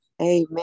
Amen